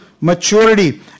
maturity